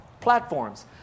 platforms